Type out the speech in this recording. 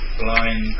blind